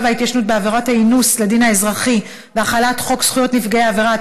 וההתיישנות בעבירת האינוס לדין האזרחי והחלת חוק זכויות נפגעי עבירה),